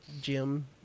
Gym